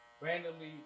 randomly